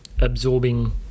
absorbing